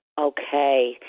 Okay